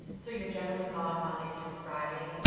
so you are generally gone monday through friday,